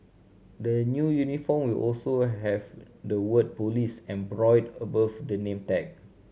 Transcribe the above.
the new uniform will also have the word police embroidered above the name tag